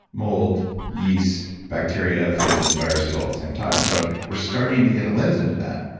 mold, yeast, bacteria, phages and viruses, all at the same time. so we're starting to get a lens into that.